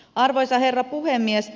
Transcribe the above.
arvoisa herra puhemies